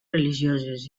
religioses